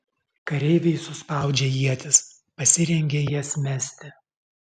kareiviai suspaudžia ietis pasirengia jas mesti